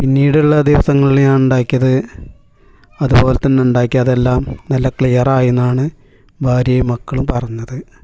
പിന്നീട് ഉള്ള ദിവസങ്ങളിൾ ഞാൻ ഉണ്ടാക്കിയത് അതുപോലെ തന്നെ ഉണ്ടാക്കിയതെല്ലാം നല്ല ക്ലിയർ ആയി എന്നാണ് ഭാര്യയും മക്കളും പറഞ്ഞത്